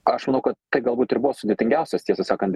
aš manau kad tai galbūt ir buvo sudėtingiausias tiesą sakant